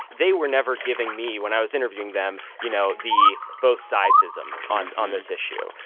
they were never giving me when i was interviewing them, you know, the both sides-ism on on this issue.